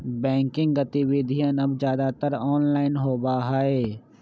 banking गतिविधियन अब ज्यादातर ऑनलाइन होबा हई